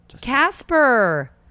Casper